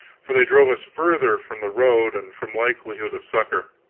for they drove us further from the road and from likelihood of succor.